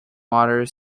water